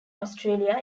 australia